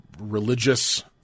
religious